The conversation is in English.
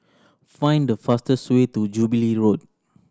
find the fastest way to Jubilee Road